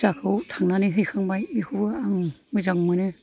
फुजाखौ थांनानै हैखांबाय बेखौबो आं मोजां मोनो